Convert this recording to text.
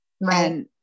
Right